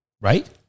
Right